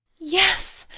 yes,